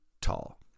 tall